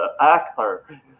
actor